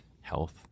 health